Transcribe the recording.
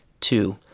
Two